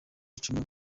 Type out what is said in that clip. icumu